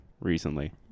recently